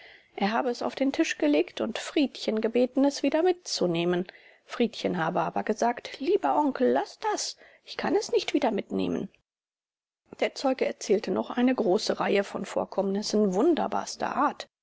er habe es auf den tisch gelegt und friedchen gebeten es wieder mitzunehmen friedchen habe aber gesagt lieber onkel laß das ich kann es nicht wieder mitnehmen der zeuge erzählte noch eine große reihe von vorkommnissen wunderbarster art